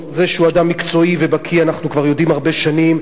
זה שהוא אדם מקצועי ובקי אנחנו כבר יודעים הרבה שנים,